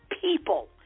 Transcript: people